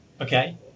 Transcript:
okay